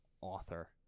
author